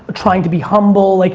trying to be humble? like